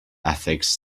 ethics